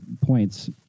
points